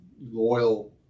loyal